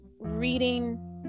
reading